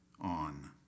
on